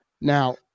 Now